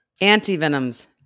anti-venoms